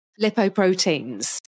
lipoproteins